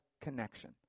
connection